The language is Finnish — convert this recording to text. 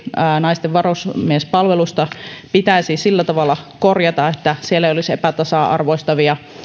naisten varusmiespalvelusta pitäisi sillä tavalla korjata että siellä ei olisi epätasa arvoistavia